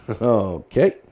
Okay